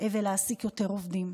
ולהעסיק יותר עובדים.